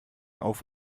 auf